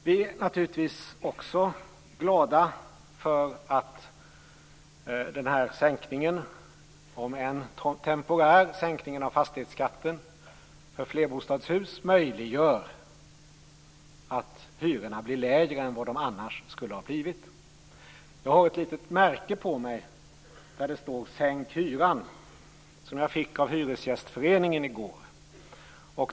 Vi är naturligtvis också glada för att sänkningen, om än temporär, av fastighetsskatten för flerbostadshus möjliggör att hyrorna blir lägre än de annars skulle ha blivit. Jag har ett märke på mig där det står "Sänk hyran", som jag fick av Hyresgästföreningen i går.